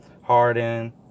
Harden